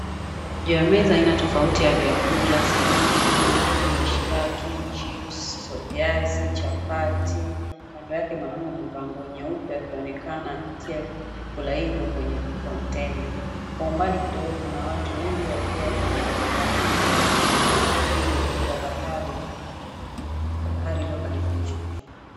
Juu ya meza aina tofauti ya vyakula samaki, nyama, mishikaki, chipsi, viazi, chapati. Kando yake, mwanaume amevaa nguo nyeupe akionekana akitia vyakula hivyo kwenye vikontena. Kwa umbali kidogo kuna watu wengi wakiwa kwenye wakibarizi, na kuupiga upepo wa bahari iliyo karibu nao.